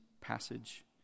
passage